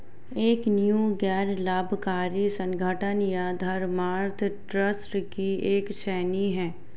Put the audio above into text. एक नींव गैर लाभकारी संगठन या धर्मार्थ ट्रस्ट की एक श्रेणी हैं